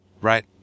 right